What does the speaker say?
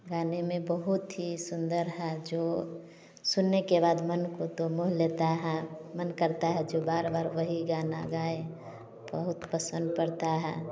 गाने में बहुत ही सुन्दर है जो सुनने के बाद मन को तो मोह लेता है मन करता है जो बार बार वही गाना गाएं बहुत पसंद पड़ता है